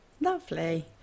Lovely